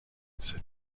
cette